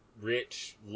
Rich